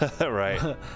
Right